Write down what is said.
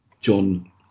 John